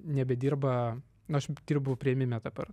nebedirba nu aš dirbu priėmime dabar